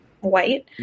white